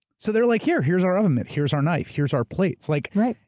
so they're like, here, here's our oven mitt. here's our knife, here's our plates. like right.